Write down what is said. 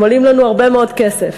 הם עולים לנו הרבה מאוד כסף,